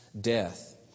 death